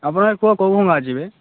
ଆପଣ ଆଗେ କୁହ କେଉଁ କେଉଁ ଗାଁ ଯିବେ